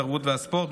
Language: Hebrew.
התרבות והספורט,